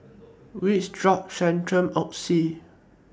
Vapodrops Centrum and Oxy